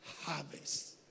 Harvest